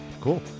Cool